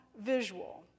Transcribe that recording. visual